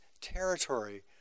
territory